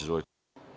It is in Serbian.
Izvolite.